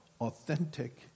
authentic